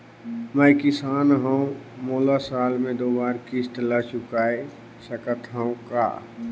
मैं किसान हव मोला साल मे दो बार किस्त ल चुकाय सकत हव का?